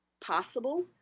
possible